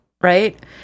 Right